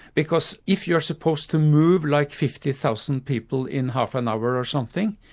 because if you are supposed to move like fifty thousand people in half an hour or something,